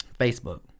Facebook